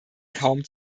kaum